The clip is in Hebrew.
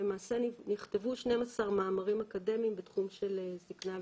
נכתבו 12 מאמרים אקדמיים בתחום של זקנה והזדקנות,